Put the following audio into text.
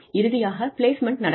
இறுதியாக பிளேஸ்மெண்ட் நடக்கும்